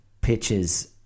pitches